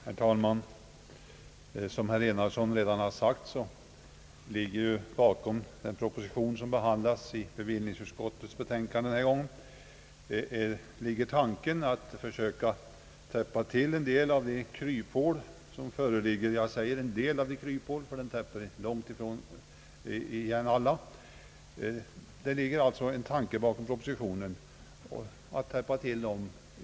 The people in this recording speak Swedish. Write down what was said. Herr talman! Som herr Enarsson redan sagt ligger bakom den proposition, som behandlats i bevillningsutskottets betänkande, tanken att försöka täppa till en del av de kryphål som föreligger — jag säger en del av kryphålen, ty den täpper långt ifrån igen alla — i vår nuvarande lagstiftning.